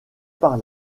par